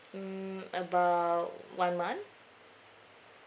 mm about one month